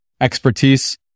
expertise